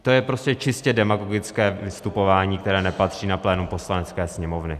to je prostě čistě demagogické vystupování, které nepatří na plénum Poslanecké sněmovny.